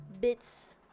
bits